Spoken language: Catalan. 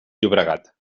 llobregat